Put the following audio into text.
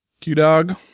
Q-Dog